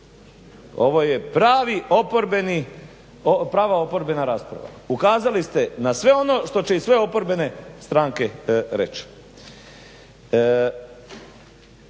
ovo je prava oporbena rasprava. Ukazali ste na sve ono što će i sve oporbene stranke reći.